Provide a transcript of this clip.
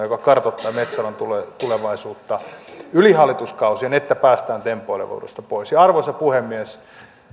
joka kartoittaa metsäalan tulevaisuutta yli hallituskausien että päästään tempoilevuudesta pois ja arvoisa puhemies